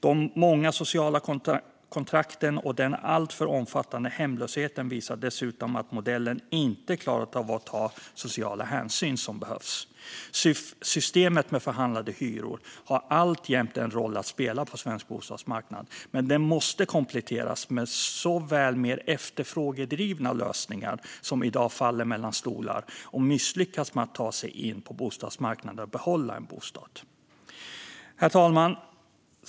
De många sociala kontrakten och den alltför omfattande hemlösheten visar dessutom att modellen inte klarat av att ta de sociala hänsyn som behövs. Systemet med förhandlade hyror har alltjämt en roll att spela på svensk bostadsmarknad. Men det måste kompletteras med såväl mer efterfrågedrivna lösningar som riktade insatser till de människor som i dag faller mellan stolarna och misslyckas med att ta sig in på bostadsmarknaden och behålla en bostad. Herr talman!